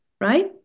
right